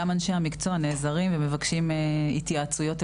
גם אנשי המקצוע נעזרים ומבקשים התייעצויות.